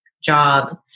job